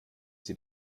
sie